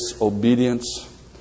obedience